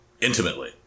intimately